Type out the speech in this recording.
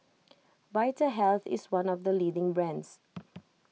Vitahealth is one of the leading brands